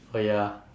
oh ya